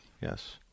Yes